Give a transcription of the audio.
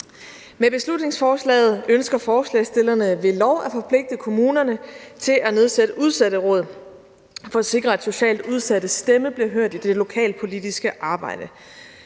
Med beslutningsforslaget ønsker forslagsstillerne ved lov at forpligte kommunerne til at nedsætte udsatteråd for at sikre, at socialt udsattes stemme bliver hørt i det lokalpolitiske arbejde.